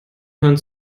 hören